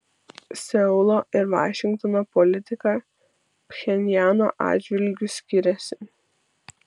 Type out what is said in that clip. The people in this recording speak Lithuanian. seulo ir vašingtono politika pchenjano atžvilgiu skiriasi